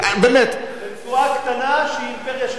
רצועה קטנה שהיא אימפריה של טרור.